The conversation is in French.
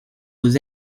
aux